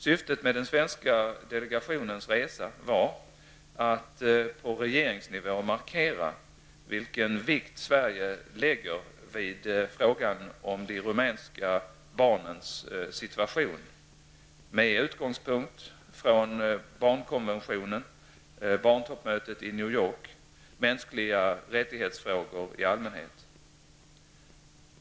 Syftet med den svenska delegationens resa var, att på regeringsnivå markera vilken vikt Sverige lägger vid frågan om de rumänska barnens situation med utgångspunkt från barnkonventionen, barntoppmötet i New York och mänskliga rättighetsfrågor i allmänhet.